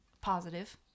positive